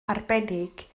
arbennig